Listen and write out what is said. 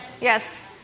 Yes